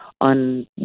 on